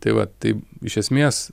tai va tai iš esmės